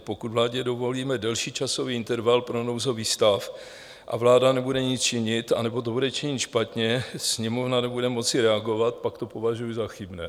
Pokud vládě dovolíme delší časový interval pro nouzový stav a vláda nebude nic činit, anebo to bude činit špatně, Sněmovna nebude moci reagovat, pak to považuji za chybné.